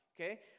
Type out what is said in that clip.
okay